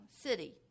city